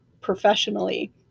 professionally